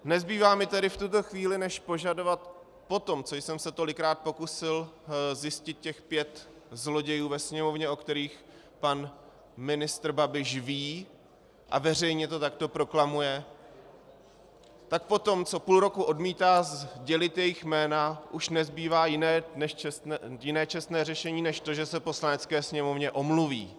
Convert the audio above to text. Nezbývá mi v tuto chvíli než požadovat potom, co jsem se tolikrát pokusil zjistit těch pět zlodějů ve Sněmovně, o kterých pan ministr Babiš ví a veřejně to takto proklamuje, tak poté, co půl roku odmítá sdělit jejich jména, už nezbývá jiné čestné řešení než to, že se Poslanecké sněmovně omluví.